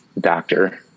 Doctor